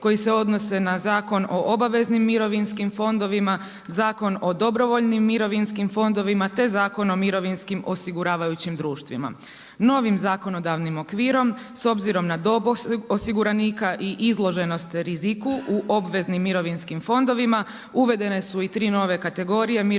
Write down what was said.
koji se odnose na Zakon o obaveznim mirovinskim fondovima, Zakon o dobrovoljnim mirovinskim fondovima, te Zakon o mirovinskim osiguravajućim društvima. Novim zakonodavnim okvirom s obzirom na dob osiguranika i izloženost riziku u obveznim mirovinskim fondovima uvedene su i 3 nove kategorije mirovinskih